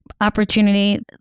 opportunity